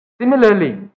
Similarly